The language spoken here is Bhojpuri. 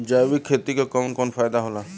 जैविक खेती क कवन कवन फायदा होला?